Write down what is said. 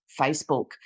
Facebook